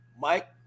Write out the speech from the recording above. mike